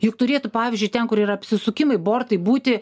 juk turėtų pavyzdžiui ten kur yra apsisukimai bortai būti